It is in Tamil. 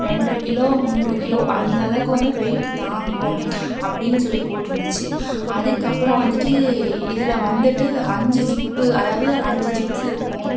ரெண்டரை கிலோ மூணு கிலோ அந்தளவுக்கு வந்து வெயிட்டு தாங்கும் அப்படின்னு சொல்லிப் போட்டுருந்துச்சு அதுக்கப்புறம் வந்துட்டு இதில் வந்துட்டு அஞ்சு ஜிப்பு அதாவது அஞ்சு ஜிப்ஸு இருக்கும்